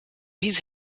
his